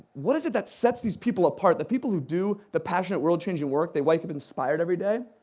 what is it that sets these people apart, the people who do the passionate, world-changing work, that wake up inspired every day,